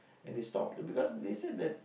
and they stop because they said that